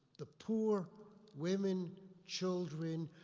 the poor, women, children,